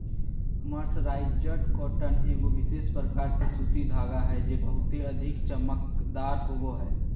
mercerised cotton एगो विशेष प्रकार के सूती धागा हय जे बहुते अधिक चमकदार होवो हय